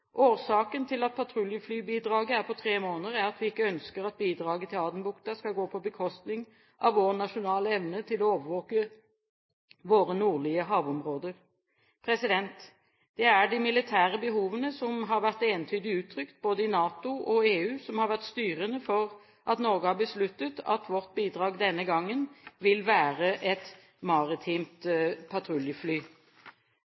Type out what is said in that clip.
Årsaken til at patruljeflybidraget er på tre måneder, er at vi ikke ønsker at bidraget til Adenbukta skal gå på bekostning av vår nasjonale evne til å overvåke våre nordlige havområder. Det er de militære behovene som har vært entydig uttrykt både i NATO og EU, som har vært styrende for at Norge har besluttet at vårt bidrag denne gangen vil være et maritimt